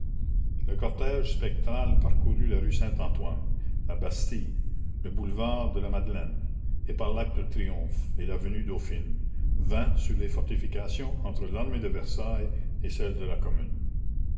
le cortège spectral parcourut la rue saint-antoine la bastille le boulevard de la madeleine et par l'arc de triomphe et l'avenue dauphine vint sur les fortifications entre l'armée de versailles et celle de la commune